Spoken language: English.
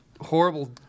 horrible